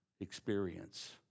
experience